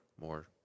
more